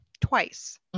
twice